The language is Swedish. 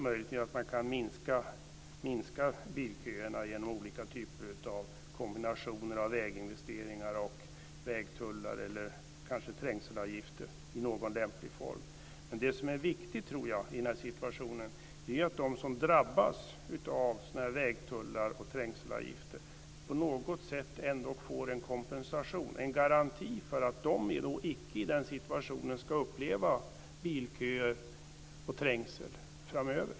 Möjligen kan man minska bilköerna genom olika kombinationer av väginvesteringar och väggtullar eller kanske trängselavgifter i någon lämplig form. I den här situationen tror jag att det är viktigt att de som drabbas av vägtullar och trängselavgifter på något sätt får en kompensation, en garanti för att de inte ska behöva uppleva bilköer och trängsel framöver.